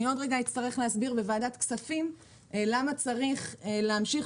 אני עוד רגע אצטרך להסביר בוועדת כספים למה צריך להמשיך